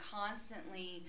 constantly